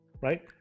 right